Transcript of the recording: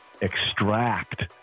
extract